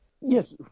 Yes